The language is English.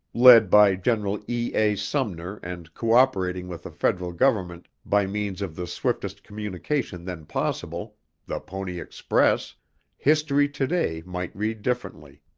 led by general e. a. sumner and cooperating with the federal government by means of the swiftest communication then possible the pony express history today, might read differently.